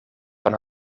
van